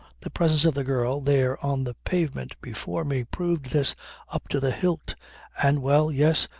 the presence of the girl there on the pavement before me proved this up to the hilt and, well, yes,